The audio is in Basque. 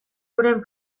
euren